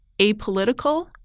apolitical